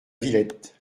villette